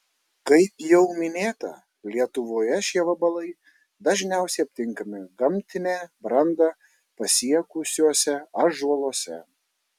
kaip jau minėta lietuvoje šie vabalai dažniausiai aptinkami gamtinę brandą pasiekusiuose ąžuoluose